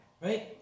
Right